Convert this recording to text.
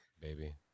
baby